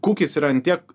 kukis yra ant tiek